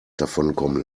davonkommen